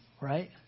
Right